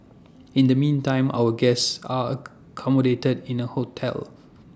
in the meantime our guests are accommodated in A hotel